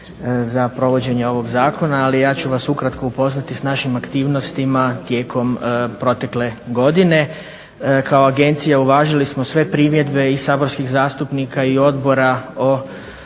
za provođenje ovog zakona, ali ja ću vas ukratko upoznati s našim aktivnostima tijekom protekle godine. Kao agencija uvažili smo sve primjedbe i saborskih zastupnika i odbora o